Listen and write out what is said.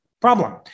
Problem